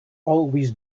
always